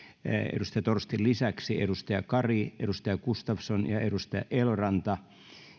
edustaja torstin lisäksi edustaja kari edustaja gustafsson ja edustaja eloranta